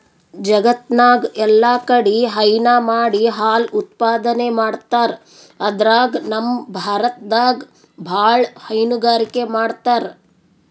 ಜಗತ್ತ್ನಾಗ್ ಎಲ್ಲಾಕಡಿ ಹೈನಾ ಮಾಡಿ ಹಾಲ್ ಉತ್ಪಾದನೆ ಮಾಡ್ತರ್ ಅದ್ರಾಗ್ ನಮ್ ಭಾರತದಾಗ್ ಭಾಳ್ ಹೈನುಗಾರಿಕೆ ಮಾಡ್ತರ್